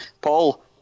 Paul